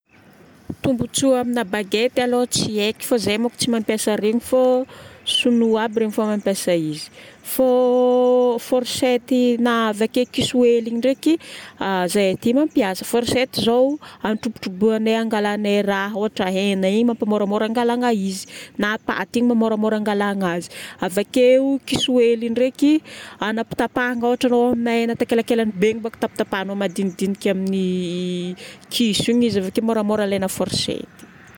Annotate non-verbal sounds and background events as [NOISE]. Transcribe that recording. Tombontsoa amina baguette aloha tsy haiko fô zahay moko tsy mampiasa regny fô Sinoa aby regny fa mampiasa izy. Fô [HESITATION] forsety na avake kiso hely ndraiky, zahay aty mampiasa. Fôrsety zao anatrobotrobohagnay angalagnay raha, ôhatra hena. Igny mampamoramora angalagna izy. Na paty, igny mba moramora angalagna azy. Avake, kiso hely ndraiky anapatapahagna ôhatra anao amin'ny hena takelakelany be igny boko tapatapahagnao madinidinika amin'ny kiso igny izy avake moramora alaigna fôrsety.